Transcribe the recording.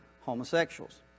homosexuals